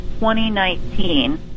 2019